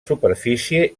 superfície